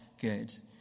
good